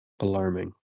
alarming